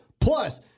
Plus